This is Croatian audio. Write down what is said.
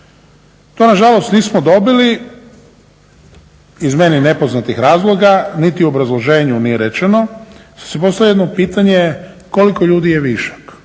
To nažalost nismo dobili iz meni nepoznatih razloga niti u obrazloženju nije rečeno. Sada se postavlja jedno pitanje koliko ljudi je višak.